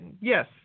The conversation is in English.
yes